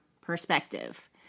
perspective